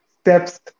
steps